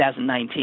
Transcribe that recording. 2019